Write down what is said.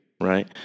Right